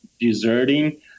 deserting